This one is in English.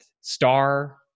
Star